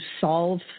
solve